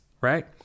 right